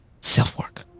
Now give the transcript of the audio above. self-work